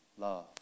love